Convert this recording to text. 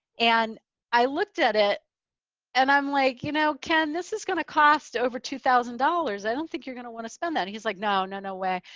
and i looked at it and i'm like, you know ken, this is going to cost over two thousand dollars. i don't think you're going to want to spend that. and he's like, no, no, no way.